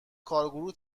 کارگروه